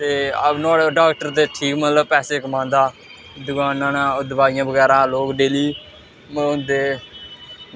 ते नुआढ़े डाक्टर ते ठीक मतलब पैसे कमांदा दकानां न ओह् दवाइयां बगैरा लोक डेली होंदे